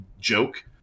joke